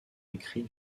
écrit